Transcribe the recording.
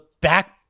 back